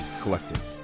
Collective